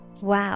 Wow